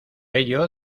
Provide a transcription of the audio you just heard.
ello